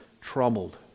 troubled